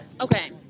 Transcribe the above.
Okay